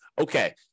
okay